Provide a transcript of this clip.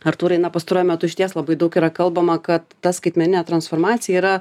artūrai na pastaruoju metu išties labai daug yra kalbama kad ta skaitmeninė transformacija yra